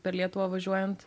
per lietuvą važiuojant